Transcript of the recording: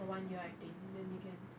for one year I think then you can